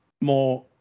more